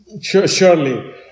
Surely